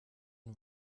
nun